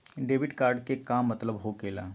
Debit card के का मतलब होकेला?